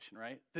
right